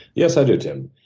yes i do, tim.